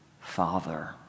Father